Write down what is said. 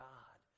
God